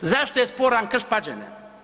Zašto je sporan Krš-Pađene?